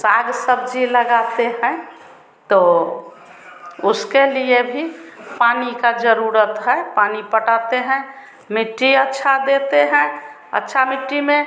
साग सब्ज़ी लगाते हैं तो उसके लिए भी पानी की ज़रूरत है पानी पटाते हैं मिट्टी अच्छी देते हैं अच्छी मिट्टी में